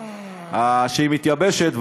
שמתייבשת,